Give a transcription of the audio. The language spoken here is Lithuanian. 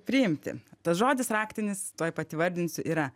priimti tas žodis raktinis tuoj pat įvardinsiu yra